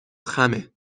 خمه